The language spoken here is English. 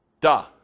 Duh